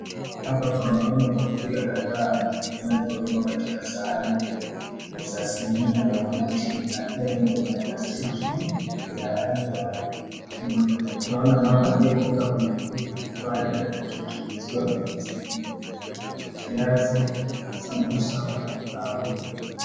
Hapa tunaona vyakula kadhaa vinavyowekwa katika sahani za sinia ya mabati na pia moja ya plastiki ya rangi ya nyekundu tunaona mama aliyefunga buibui na kuvaa dera lake akiuziwa viazi hivi viazi, sambusa sambo.